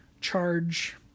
charge